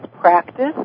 practice